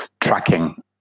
tracking